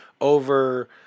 over